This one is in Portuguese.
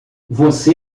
você